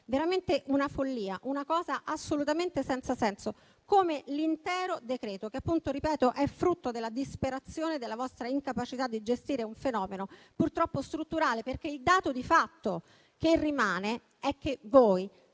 veramente una follia, una cosa assolutamente senza senso, come l'intero decreto-legge, che - lo ripeto - è frutto della disperazione e della vostra incapacità di gestire un fenomeno purtroppo strutturale, perché il dato di fatto che rimane è che voi